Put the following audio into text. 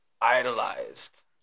idolized